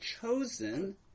chosen